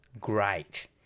great